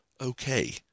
okay